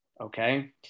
Okay